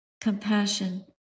compassion